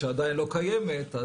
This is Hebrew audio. שעדיין לא קיימת.